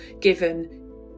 given